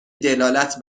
دلالت